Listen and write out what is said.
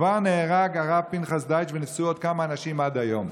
כבר נהרג הרב פנחס דייטש ונפצעו עוד כמה אנשים עד היום.